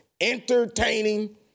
Entertaining